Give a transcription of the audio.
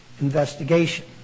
investigation